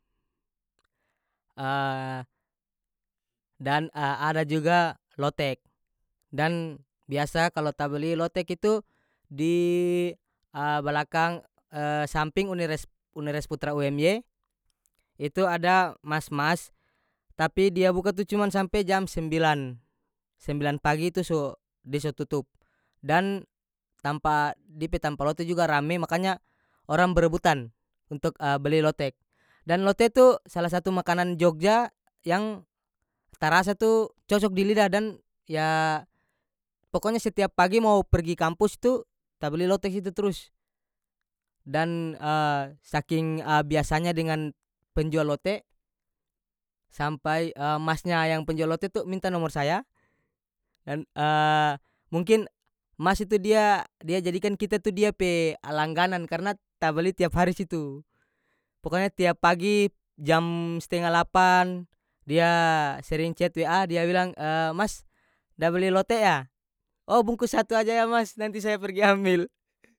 dan a- ada juga lotek dan biasa kalo ta beli lotek itu di balakang sampiing unires- unires putra umy itu ada mas-mas tapi dia buka tu cuman sampe jam sembilan sembilan pagi itu so dia so tutup dan tampa dia pe tampa lotek juga rame makanya orang berebutan untuk beli beli lotek dan lote tu salah satu makanan jogja yang ta rasa tu cocok di lida dan ya pokonya setiap pagi mau pergi kampus tu ta beli lotek situ trus dan saking biasanya dengan penjual lote sampai masnya yang penjual lote tu minta nomor saya dan mungkin mas itu dia- dia jadikan kita tu dia pe a langganan karena ta beli tiap hari situ pokonya tiap pagi jam stenga lapan dia sering cet wa dia bilang mas da beli lote yah oh bungkus satu aja ya mas nanti saya pergi ambil.